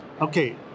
Okay